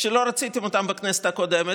שלא רציתם אותן בכנסת הקודמת,